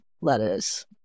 lettuce